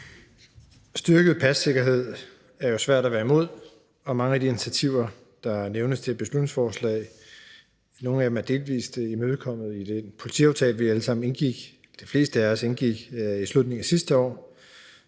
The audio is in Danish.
Styrket passikkerhed er det jo svært at være imod, og mange af de initiativer, der nævnes i beslutningsforslaget – i hvert fald nogle af dem – er delvis imødekommet i den politiaftale, de fleste af os indgik i slutningen af sidste år,